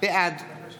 בעד